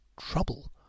Trouble